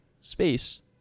space